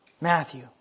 Matthew